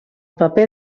paper